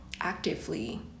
actively